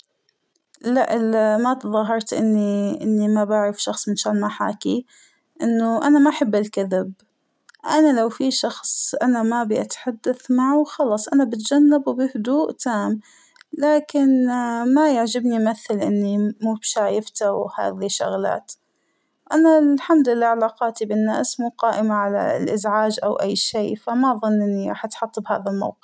لأ ال- ما تظاهرت إنى إنى ما بعرف شخص منشان ما أحاكيه ، إنه أنا ما أحب الكذب أنا لو فى شخص مأبى أتحدث معه خلاص أنا بتجنبه بهدوء تام ، لكن اا- ما يعجبنى أمثل إنى مو بشايفته وهاذى الشغلات ، أنا الحمد لله علاقاتى بالناس مو قائمة على الإزعاج أو أى شى ، فما أظن إنى راح أتحط بهذا الموقف.